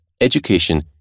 education